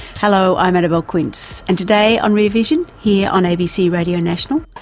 hello, i'm annabelle quince and today on rear vision, here on abc radio national,